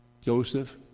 Joseph